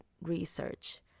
research